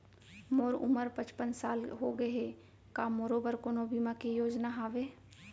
मोर उमर पचपन साल होगे हे, का मोरो बर कोनो बीमा के योजना हावे?